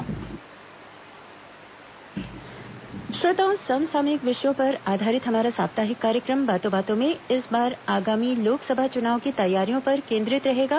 बातों बातों में श्रोताओं समसामयिक विषयों पर आधारित हमारा साप्ताहिक कार्य क्र म बातों बातों में इस बार आगामी लोकसभा चुनाव की तैयारियों पर केंद्रित रहेगा